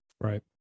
Right